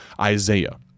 Isaiah